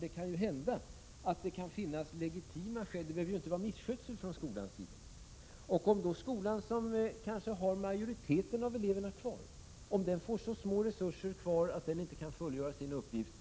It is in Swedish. Det kan ju finnas legitima skäl — det behöver inte röra sig om misskötsel från skolans sida. En skola, som kanske har majoriteten av eleverna kvar, kan kanske få så små resurser att den inte kan fullgöra sin uppgift.